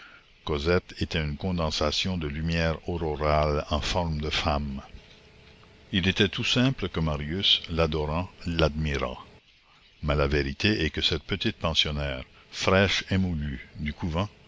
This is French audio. cosette était une condensation de lumière aurorale en forme de femme il était tout simple que marius l'adorant l'admirât mais la vérité est que cette petite pensionnaire fraîche émoulue du couvent